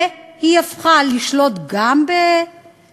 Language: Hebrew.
והיא הפכה, לשלוט גם בסוריה,